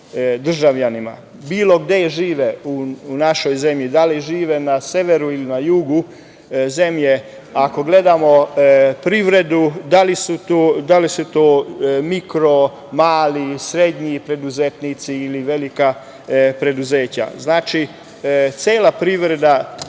državljanima. Bilo gde da žive u našoj zemlji, da li žive na severu ili na jugu zemlje, ako gledamo privredu, da li su to mikro, mali, srednji preduzetnici ili velika preduzeća, znači, cela privreda